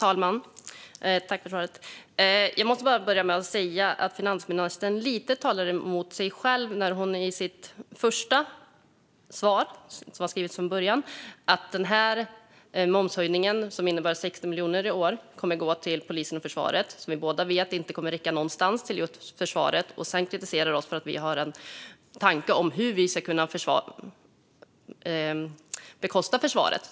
Herr talman! Finansministern säger emot sig själv när hon först i sitt svar säger att momshöjningen, som innebär 60 miljoner i år, kommer att gå till polisen och försvaret - vi vet båda att pengarna just inte kommer att räcka till något alls när det gäller försvaret - och sedan kritiserar oss för att vi har en tanke om hur vi ska kunna bekosta försvaret.